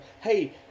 hey